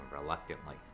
reluctantly